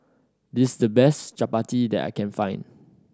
this is the best chappati that I can find